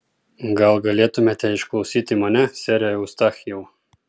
gal galėtumėte išklausyti mane sere eustachijau